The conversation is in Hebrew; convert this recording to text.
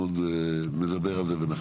אנחנו עוד נדבר על זה ונחליט.